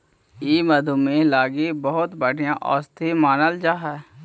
ई मधुमेह लागी बहुत बढ़ियाँ औषधि मानल जा हई